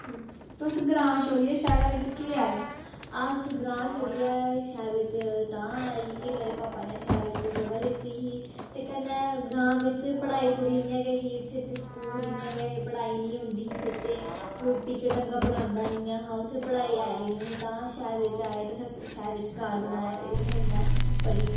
तुस ग्रांऽ छोड़ियै शैह्रा बिच कीऽ आए अस ग्रांऽ छोड़ियै शैह्रा बिच तां आए कि की मेरे भापा ने शैह्र बिच जगह लैती ही ते कन्नै ग्रांऽ बिच पढ़ाई थोह्ड़ी इ'यां गै ऐ ही इत्थै स्कूल इ'यां गै ऐ हे पढ़ाई निं होंदी ही ते बच्चे कोई टीचर चंगा पढ़ांदा निं हा उत्थें पढ़ाई होंदी निं ही शैह्र बिच आए तां शैह्र बिच घर बनाया ते में पढ़ी